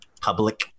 public